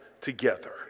together